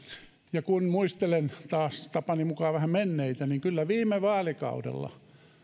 kun muistelen taas tapani mukaan vähän menneitä niin kyllä viime vaalikaudella